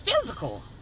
physical